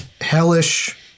hellish